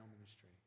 ministry